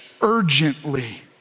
urgently